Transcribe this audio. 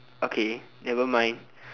okay nevermind